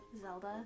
Zelda